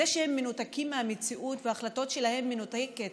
את זה שהם מנותקים מהמציאות וההחלטות שלהם מנותקות